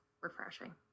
refreshing